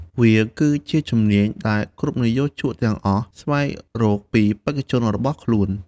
វាគឺជាជំនាញដែលគ្រប់និយោជកទាំងអស់ស្វែងរកពីបេក្ខជនរបស់ខ្លួន។